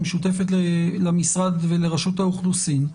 שמשותפת למשרד ולרשות האוכלוסין,